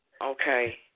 Okay